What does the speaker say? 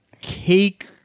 cake